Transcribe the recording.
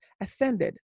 ascended